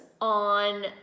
on